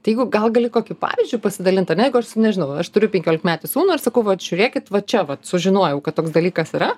tai jeigu gal gali kokiu pavyzdžiu pasidalint ar ne jeigu aš nežinau aš turiu penkiolikmetį sūnų ir sakau vat žiūrėkit va čia vat sužinojau kad toks dalykas yra